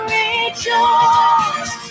rejoice